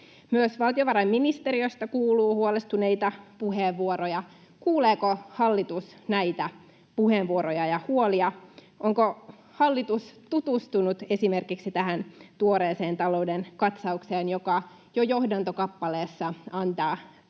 Myös valtiovarainministeriöstä kuuluu huolestuneita puheenvuoroja. Kuuleeko hallitus näitä puheenvuoroja ja huolia? Onko hallitus tutustunut esimerkiksi tähän tuoreeseen talouden katsaukseen, joka jo johdantokappaleessa antaa muun